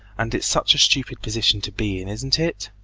and it's such a stupid position to be in, isn't it